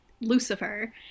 Lucifer